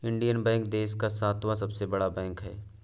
Indian bank देश का सातवां सबसे बड़ा बैंक है